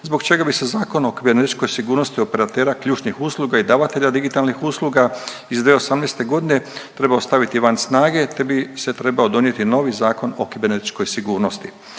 zbog čega bi se Zakon o kibernetičkoj sigurnosti operatera ključnih usluga i davatelja digitalnih usluga iz 2018.g. trebao staviti van snage te bi se trebao donijeti novi Zakon o kibernetičkoj sigurnosti.